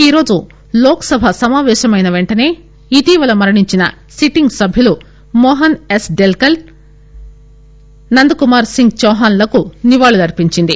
ఈ రోజు లోక్సభ సమావేశమైన పెంటనే ఇటీవల మరణించిన సిటింగ్ సభ్యులు మోహన్ ఎస్ డెల్కర్ నంద్ కుమార్ సింగ్ చౌహాన్ లకు నివాళులు అర్పించింది